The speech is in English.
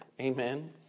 Amen